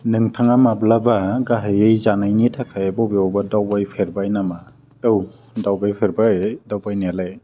नोंथाङा माब्लाबा गाहाइयै जानायनि थाखाय बबेयावबा दावबायफेरबाय नामा औ दावबायफेरबाय दावबायनायालाय